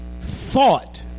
thought